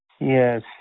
Yes